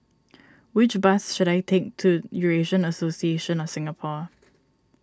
which bus should I take to Eurasian Association of Singapore